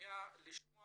ולשמוע